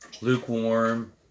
lukewarm